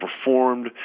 performed